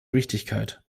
wichtigkeit